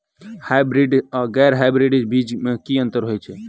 Hybrids आ गैर hybrids बीज म की अंतर होइ अछि?